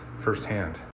firsthand